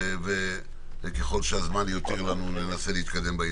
אחד-אחד, וככל שהזמן יותיר לנו נתקדם.